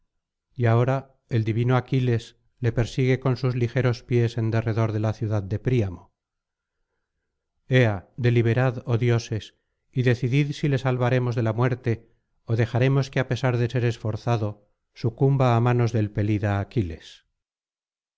y ahora el divino aquiles le persigue con sus ligeros pies en derredor de la ciudad de príamo ea deliberad oh dioses y decidid si le salvaremos de la muerte ó dejaremos que á pesar de ser esforzado sucumba á manos del pelida aquiles